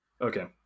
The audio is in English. Okay